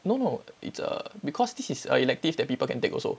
no no it's err because this is a elective that people can take also